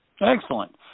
Excellent